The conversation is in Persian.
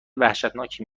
وحشتناکی